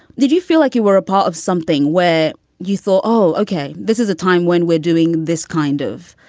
did you feel like you were a part of something where you thought, oh, ok, this is a time when we're doing this kind of.